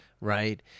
right